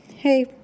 Hey